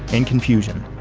and confusion.